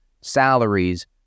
salaries